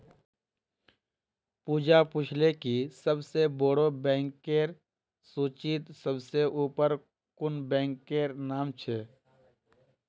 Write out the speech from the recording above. पूजा पूछले कि सबसे बोड़ो बैंकेर सूचीत सबसे ऊपर कुं बैंकेर नाम छे